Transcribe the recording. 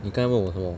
你刚才问我什么